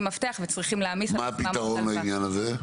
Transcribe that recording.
מפתח וצריכים להעמיס על עצמם --- מה הפתרון לעניין הזה?